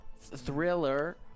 Thriller